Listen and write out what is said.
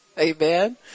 Amen